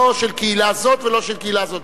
לא של קהילה זאת ולא של קהילה זאת.